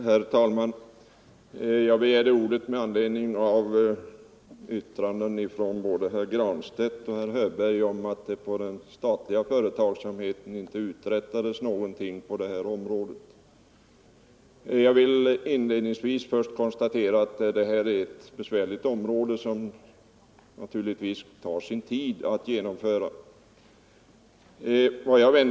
Herr talman! Jag begärde ordet med anledning av yttranden från både herr Granstedt och herr Hörberg om att det inte uträttats någonting på detta område inom den statliga företagsamheten. Jag vill inledningsvis konstatera att det här är ett besvärligt område, och det tar naturligtvis sin tid att genomföra åtgärder här.